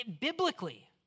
Biblically